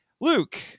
Luke